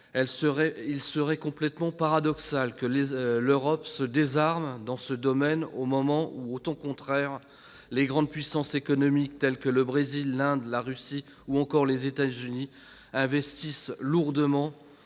Il serait tout à fait paradoxal que l'Europe se désarme dans ce domaine, au moment où, au contraire, les grandes puissances économiques telles que le Brésil, l'Inde, la Russie ou les États-Unis investissent lourdement